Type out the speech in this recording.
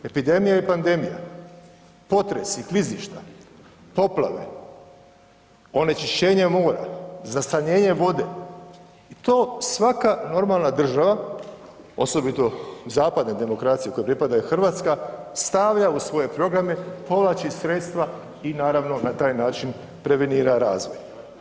Epidemija i pandemija, potresi i klizišta, poplave, onečišćenja mora, zastranjenje vode, to svaka normalna država, osobito zapadne demokracije kojoj pripada i RH, stavlja u svoje programe, povlači sredstva i naravno na taj način prevenira razvoj.